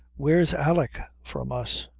where's alick from us